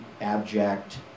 abject